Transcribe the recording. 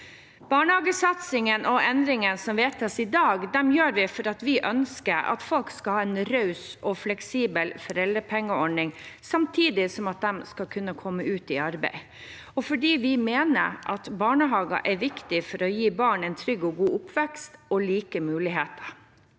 Barnehagesatsingen og endringene som vedtas i dag, gjør vi fordi vi ønsker at folk skal ha en raus og fleksibel foreldrepengeordning, samtidig som de skal kunne komme ut i arbeid, og fordi vi mener at barnehager er viktig for å gi barn en trygg og god oppvekst og like muligheter.